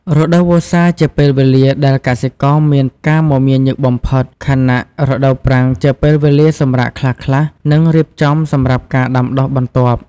រដូវវស្សាជាពេលវេលាដែលកសិករមានការមមាញឹកបំផុត ខណៈរដូវប្រាំងជាពេលវេលាសម្រាកខ្លះៗ និងរៀបចំសម្រាប់ការដាំដុះបន្ទាប់។